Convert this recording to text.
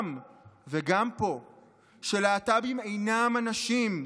שם וגם פה, שלהט"בים אינם אנשים,